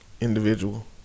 Individual